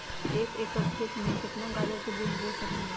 एक एकर खेत में केतना गाजर के बीज बो सकीं ले?